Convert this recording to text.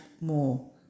more